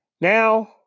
Now